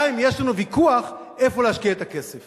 גם אם יש לנו ויכוח איפה להשקיע את הכסף.